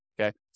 okay